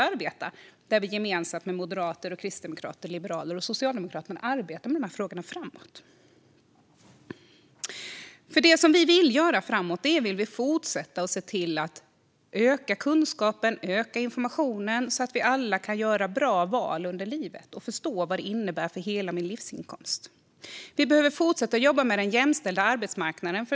Där arbetar vi gemensamt med moderater och kristdemokrater, liberaler och socialdemokrater med de här frågorna. Det vi vill göra framöver är att fortsätta att öka kunskapen och informationen, så att vi alla kan göra bra val under livet och förstå vad det innebär för hela livsinkomsten. Vi behöver fortsätta att jobba med den jämställda arbetsmarknaden.